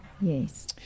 Yes